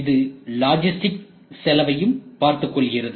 அது லாஜிஸ்டிக் செலவையும்பார்த்துக் கொள்கிறது